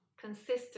consistent